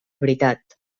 veritat